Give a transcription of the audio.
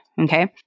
Okay